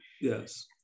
Yes